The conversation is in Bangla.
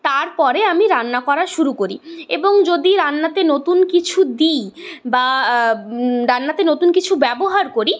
তারপরে আমি রান্না করা শুরু করি এবং যদি রান্নাতে নতুন কিছু দিই বা রান্নাতে নতুন কিছু ব্যবহার করি